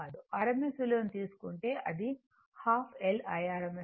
rms విలువను తీసుకుంటే అది ½ L Irms 2 అవుతుంది